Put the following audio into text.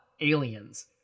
Aliens